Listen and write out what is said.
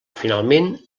finalment